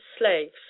Slaves